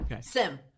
Sim